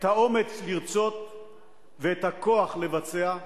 האומץ לרצות והכוח לבצע.